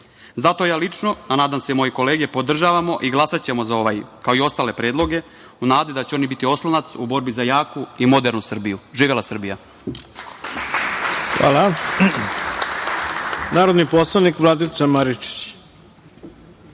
ja lično, a nadam se i moje kolege, podržavamo i glasaćemo za ovaj, kao i za ostale predloge, u nadi da će oni biti oslonac u borbi za jaku i modernu Srbiju. Živela Srbija.